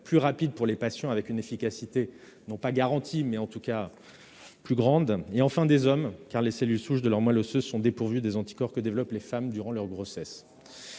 plus rapide pour les patients, avec une efficacité non pas garantie, mais en tout cas plus assurée. Par ailleurs sont visés les hommes, car les cellules souches de leur moelle osseuse sont dépourvues des anticorps que développent les femmes durant leur grossesse.